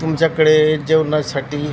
तुमच्याकडे जेवणासाठी